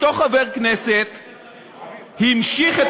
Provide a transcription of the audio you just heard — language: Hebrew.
אותו חבר כנסת המשיך,